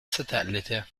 satellite